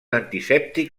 antisèptic